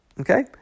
Okay